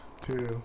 two